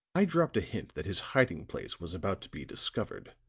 i dropped a hint that his hiding-place was about to be discovered.